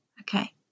Okay